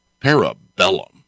Parabellum